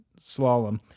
Slalom